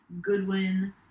Goodwin